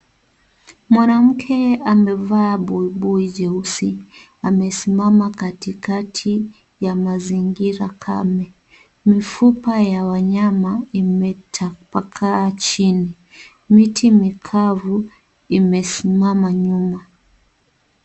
Mwanamke amevaa buibui jeusi. Amesimama katikati ya mazingira kame. Mifupa ya wanyama imetapakaa chini. Miti mikavu imesimama nyuma.